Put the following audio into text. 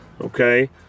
okay